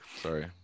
Sorry